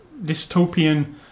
dystopian